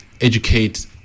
educate